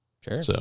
Sure